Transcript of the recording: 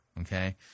Okay